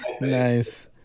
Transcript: Nice